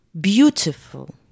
beautiful